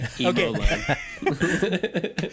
Okay